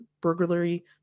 burglary